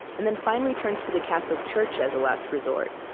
and then finally turns to the catholic church as a last resort,